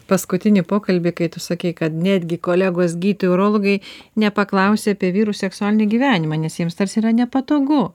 paskutinį pokalbį kai tu sakei kad netgi kolegos gydytojai urologai nepaklausia apie vyrų seksualinį gyvenimą nes jiems tarsi yra nepatogu